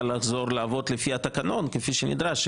לחזור לעבוד לפי התקנון כפי שנדרש,